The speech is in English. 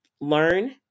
Learn